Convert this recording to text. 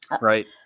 Right